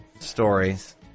stories